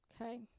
Okay